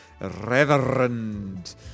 Reverend